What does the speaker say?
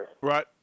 Right